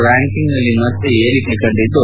ರ್ಲಾಂಕಿಂಗ್ನಲ್ಲಿ ಮತ್ತೆ ಏರಿಕೆ ಕಂಡಿದ್ದು